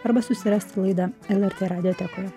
arba susirasti laidą lrt radiotekoje